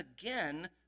again